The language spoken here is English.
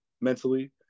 mentally